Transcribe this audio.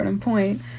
point